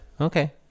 Okay